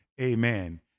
amen